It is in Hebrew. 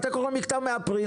אתה קורא מכתב מאפריל,